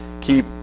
keep